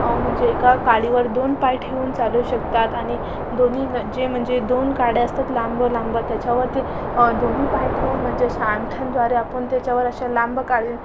म्हणजे एका काडीवर दोन पाय ठेवून चालू शकतात आणि दोन्ही जे म्हणजे दोन काड्या असतात लांब लांब त्याच्यावर ते दोन्ही पाय ठेवून म्हणजे अशा अंगठ्यांद्वारे आपण त्याच्यावर अशा लांब काडी